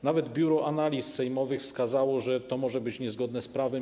Nawet Biuro Analiz Sejmowych wskazało, że to może być niezgodne z prawem.